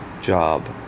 job